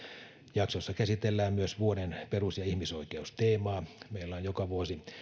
jaksossa käsitellään myös vuoden perus ja ihmisoikeusteemaa meillä on joka vuosi